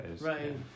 Right